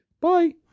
Bye